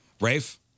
Rafe